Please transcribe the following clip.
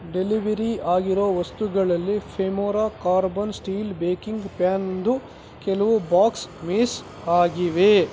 delivery ಆಗಿರೊ ವಸ್ತುಗಳಲ್ಲಿ Femora carbon steel baking ಪ್ಯಾನ್ದು ಕೆಲವು ಬಾಕ್ಸ್ ಮಿಸ್ ಆಗಿವೆ